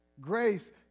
Grace